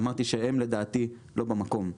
אמרתי שהם לדעתי לא במקום.